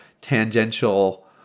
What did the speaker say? tangential